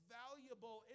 valuable